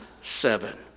seven